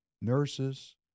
nurses